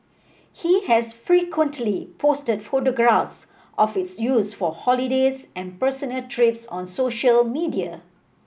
he has frequently posted photographs of its use for holidays and personal trips on social media